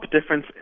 difference